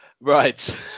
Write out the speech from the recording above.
right